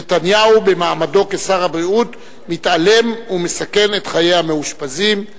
נתניהו במעמדו כשר הבריאות מתעלם ומסכן את חיי המאושפזים.